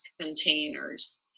containers